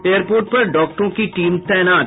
airport पर डॉक्टरों की टीम तैनात